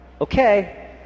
Okay